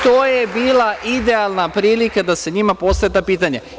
To je bila idealna prilika da se njima postave ta pitanja.